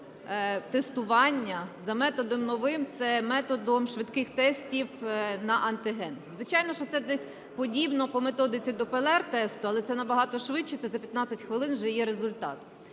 тестування за методом новим - це методом швидких тестів на антиген. Звичайно, що це десь подібно по методиці до ПЛР-тесту, але набагато швидше, це за 15 хвилин вже є результат.